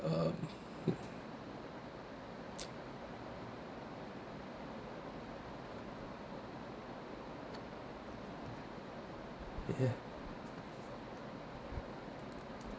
um ya